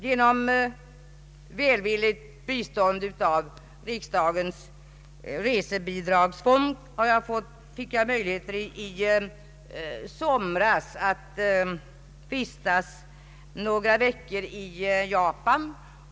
Genom välvilligt bistånd från riksdagens resebidragsfond fick jag möjlighet att i somras vistas några veckor i Japan.